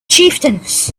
chieftains